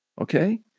Okay